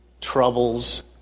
Troubles